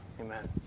Amen